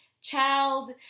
child